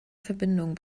verbindung